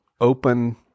open